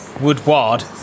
Woodward